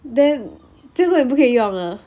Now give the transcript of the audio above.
then 就这样你不可以用了